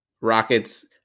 Rockets